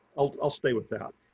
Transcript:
i'll i'll stay with that,